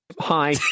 hi